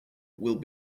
will